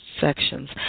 sections